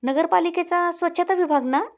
नगरपालिकेचा स्वच्छता विभाग ना